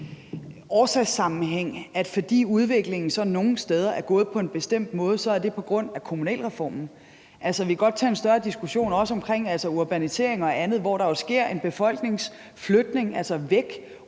at fordi udviklingen så nogle steder er gået på en bestemt måde, så er det på grund af kommunalreformen. Vi kan godt tage en større diskussion omkring urbanisering og andet, hvor der jo sker en befolkningsflytning, ikke